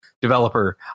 developer